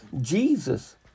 Jesus